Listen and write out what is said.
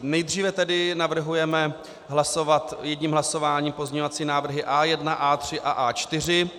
Nejdříve tedy navrhujeme hlasovat jedním hlasováním pozměňovací návrhy A1, A3 a A4.